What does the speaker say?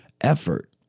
effort